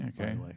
Okay